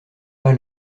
pas